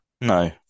No